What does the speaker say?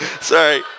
sorry